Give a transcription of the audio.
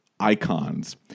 icons